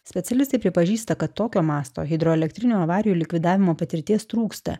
specialistai pripažįsta kad tokio masto hidroelektrinių avarijų likvidavimo patirties trūksta